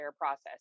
process